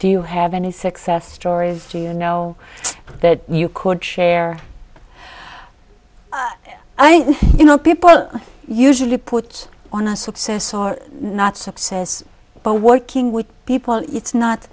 do you have any success stories you know that you could share i mean you know people usually put on our success or not success but working with people it's not